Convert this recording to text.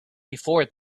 before